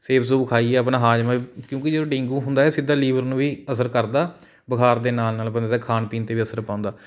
ਸੇਬ ਸੂਬ ਖਾਈਏ ਆਪਣਾ ਹਾਜ਼ਮਾ ਵੀ ਕਿਉਂਕਿ ਜਦੋਂ ਡੇਂਗੂ ਹੁੰਦਾ ਹੈ ਇਹ ਸਿੱਧਾ ਲੀਵਰ ਨੂੰ ਵੀ ਅਸਰ ਕਰਦਾ ਬੁਖਾਰ ਦੇ ਨਾਲ ਨਾਲ ਬੰਦੇ ਦੇ ਖਾਣ ਪੀਣ 'ਤੇ ਵੀ ਅਸਰ ਪਾਉਂਦਾ